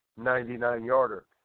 99-yarder